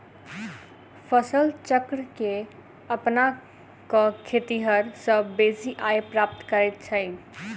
फसल चक्र के अपना क खेतिहर सभ बेसी आय प्राप्त करैत छथि